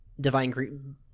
divine